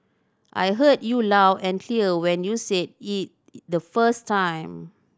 I heard you loud and clear when you said it the first time